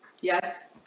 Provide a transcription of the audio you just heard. Yes